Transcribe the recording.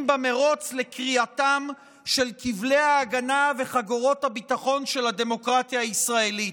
במרוץ לקריעתם של כבלי ההגנה וחגורות הביטחון של הדמוקרטיה הישראלית.